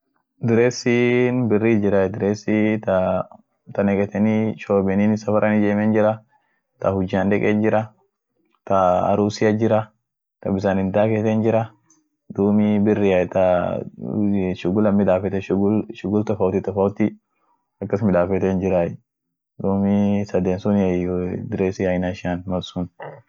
pantii pantii gugurdaat jira ta boliat jira iyoo ta bisaanin daaketeent jira, ta akumkanat shoobumaaf kayeten jira, dumii panti sadeen suniiei. tabolian daaten akuishia nidaasaati kabdi, tuninen ta lafiraan mareent jira iyoo ta gola bisaanfa daaketen suunt jirai